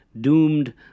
doomed